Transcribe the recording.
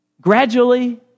gradually